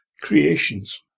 Creations